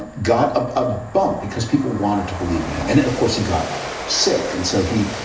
got a bump because people wanted to believe in him. and, of course, he got sick. and so he,